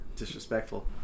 disrespectful